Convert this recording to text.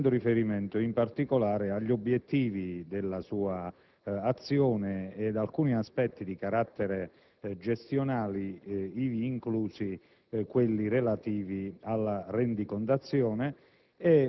facendo riferimento in particolare agli obiettivi della sua azione e ad alcuni aspetti di carattere gestionale, ivi inclusi quelli relativi alla rendicontazione,